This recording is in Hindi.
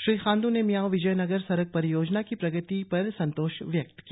श्री खांड्र ने मियाओ विजयनगर सड़क परियोजना की प्रगति पर संतोष व्यक्त किया